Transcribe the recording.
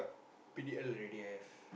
P_D_L already have